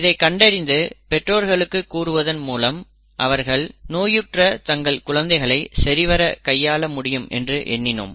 இதைக் கண்டறிந்து பெற்றோர்களுக்கு கூறுவதன் மூலம் அவர்கள் நோயுற்ற தங்கள் குழந்தைகளை சரிவர கையாள முடியும் என்று எண்ணினோம்